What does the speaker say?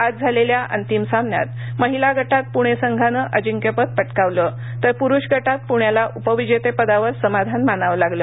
आज झालेल्या अंतिम सामन्यात महिला गटात पुणे संघानं अजिंक्यपद पटकावलं तर पुरुष गटात पुण्यालाउपविजेतेपदावर समाधान मानावं लागलं